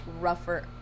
rougher